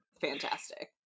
fantastic